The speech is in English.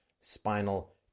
spinal